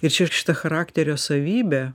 ir čia šita charakterio savybė